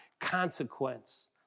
consequence